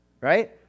right